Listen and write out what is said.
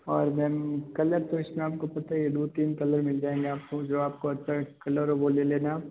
और ma'am colour तो इसमें आपको पता ही है दो तीन कलर मिल जाएंगे आपको जो आपको अच्छा कलर हो वो ले लेना आप